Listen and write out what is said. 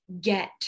get